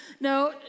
No